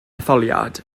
etholiad